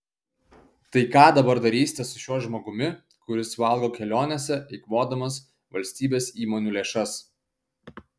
tai ką dabar darysite su šiuo žmogumi kuris valgo kelionėse eikvodamas valstybės įmonių lėšas